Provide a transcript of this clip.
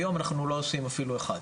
היום אנחנו לא עושים אפילו לא אחד.